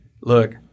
look